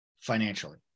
financially